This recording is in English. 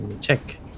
check